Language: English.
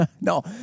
No